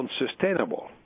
unsustainable